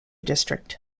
district